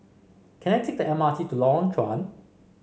can I take the M R T to Lorong Chuan